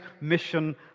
mission